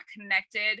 connected